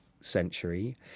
century